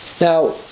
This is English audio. Now